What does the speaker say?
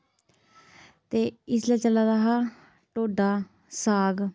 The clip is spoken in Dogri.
ते इस लै चला दा हा ढोडा साग